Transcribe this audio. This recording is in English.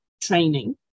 training